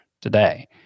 today